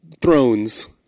Thrones